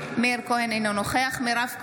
אינו נוכח מירב כהן,